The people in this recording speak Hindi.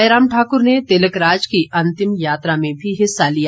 जयराम ठाकुर ने तिलकराज की अंतिम यात्रा में भी हिस्सा लिया